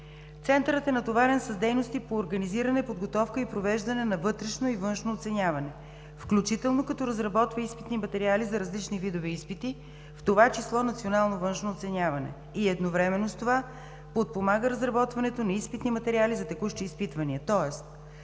Центърът е натоварен с дейности по организиране, подготовка и провеждане на вътрешно и външно оценяване, включително като разработва и изпитни материали за различни видове изпити, в това число национално външно оценяване, и едновременно с това подпомага разработването на изпитни материали за текущи изпитвания.